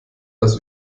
das